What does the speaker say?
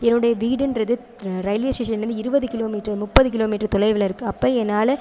என்னுடைய வீடுங்றது ரயில்வே ஸ்டேஷனிலேருந்து இருபது கிலோமீட்டர் முப்பது கிலோமீட்டர் தொலைவில் இருக்குது அப்போ என்னால்